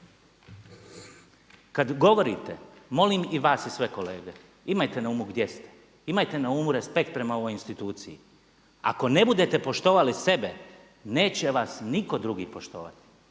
Kad govorite molim i vas i sve kolege imajte na umu gdje ste, imajte na umu respekt prema ovoj instituciji. Ako ne budete poštovali sebe neće vas nitko drugi poštovati.